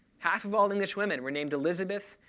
half of all english women were named elizabeth,